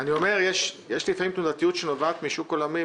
יש לפעמים תנודתיות שנובעת משוק עולמי,